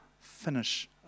finish